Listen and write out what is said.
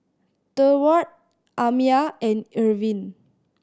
Durward Amiah and Irvin